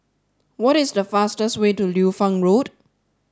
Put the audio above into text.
what is the fastest way to Liu Fang Road